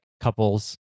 couples